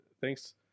Thanks